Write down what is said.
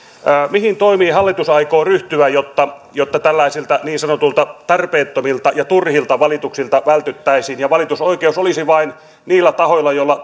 mihin toimiin hallitus aikoo ryhtyä jotta jotta tällaisilta niin sanotuilta tarpeettomilta ja turhilta valituksilta vältyttäisiin ja valitusoikeus olisi vain niillä tahoilla joilla